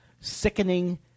sickening